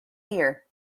here